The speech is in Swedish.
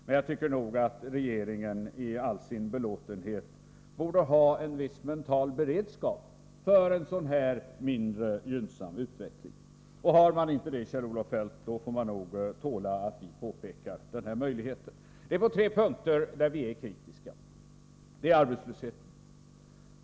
Men jag tycker att regeringen i all sin belåtenhet borde ha en viss mental beredskap för en sådan, mindre gynnsam utveckling. Har man inte det, Kjell-Olof Feldt, får man tåla att vi påpekar den möjligheten. På tre punkter är vi kritiska. Den första gäller arbetslösheten.